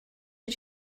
did